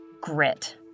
Grit